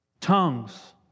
Tongues